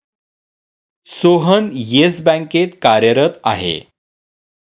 सोहन येस बँकेत कार्यरत आहे